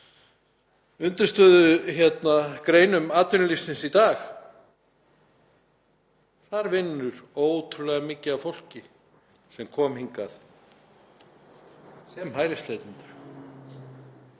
undirstöðugreinum atvinnulífsins í dag — þar vinnur ótrúlega mikið af fólki sem kom hingað sem hælisleitendur